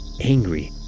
angry